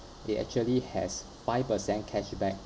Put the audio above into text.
it actually has five percent cashback